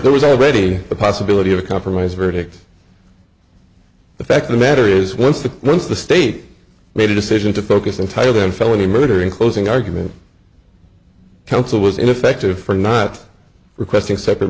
there was already the possibility of a compromise verdict the fact of the matter is once the once the state made a decision to focus entirely on felony murder in closing argument counsel was ineffective for not requesting separate